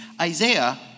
Isaiah